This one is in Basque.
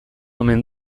omen